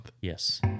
Yes